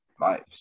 life